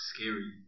Scary